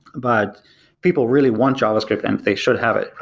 but people really want javascript and they should have it,